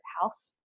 house